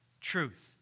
truth